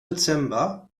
dezember